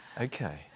Okay